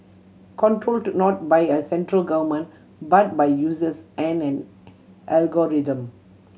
controlled not by a central government but by users and an algorithm